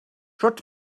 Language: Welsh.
sut